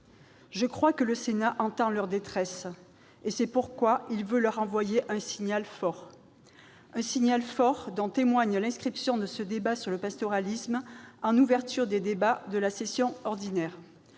Je crois que le Sénat entend leur détresse. C'est la raison pour laquelle il veut leur envoyer un signal fort. Un signal fort dont témoigne l'inscription de ce débat sur le pastoralisme en ouverture des débats de la session ordinaire.